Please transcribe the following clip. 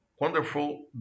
wonderful